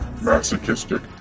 masochistic